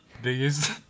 Biggest